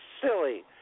silly